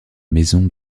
maison